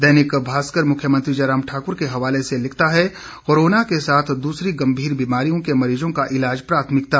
दैनिक भास्कर मुख्यमंत्री जयराम ठाकुर के हवाले से लिखता है कोरोनो के साथ दूसरी गंभीर बिमाररियों के मरीजों का इलाज प्राथमिकता